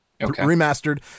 remastered